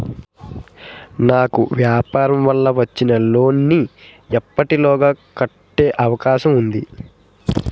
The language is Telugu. నాకు వ్యాపార వల్ల వచ్చిన లోన్ నీ ఎప్పటిలోగా కట్టే అవకాశం ఉంది?